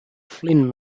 flynn